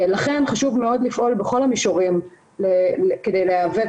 לכן חשוב מאוד לפעול בכל המישורים כדי להיאבק